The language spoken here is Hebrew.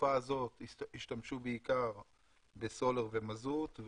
בתקופה הזאת השתמשו בעיקר בסולר ובמזוט,